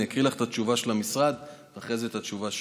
אני אקריא לך את התשובה של המשרד ואחרי זה את התשובה שלו.